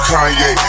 Kanye